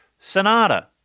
Sonata